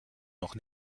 noch